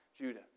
Judah